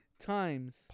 times